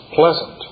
pleasant